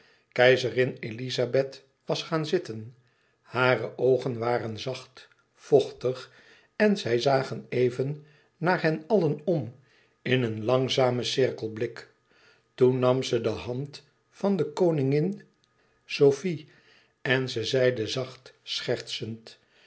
keizerin elizabeth was gaan zitten hare oogen waren zacht vochtig en zij zagen even naar hen allen om in een langzamen cirkelblik toen nam ze de hand van de koningin sofie en ze zeide zacht schertsend